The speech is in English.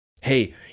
Hey